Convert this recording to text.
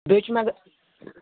بیٚیہِ چھُ مےٚ